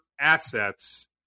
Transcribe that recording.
assets